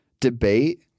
debate